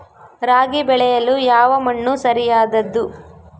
ರಾಗಿ ಬೆಳೆಯಲು ಯಾವ ಮಣ್ಣು ಸರಿಯಾದದ್ದು?